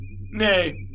Nay